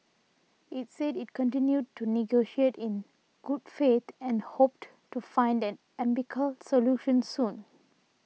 it said it continued to negotiate in good faith and hoped to find an amicable solution soon